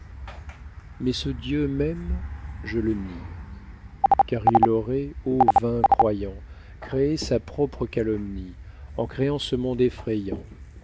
mais ce dieu même je le nie car il aurait ô vain croyant créé sa propre calomnie en créant ce monde effrayant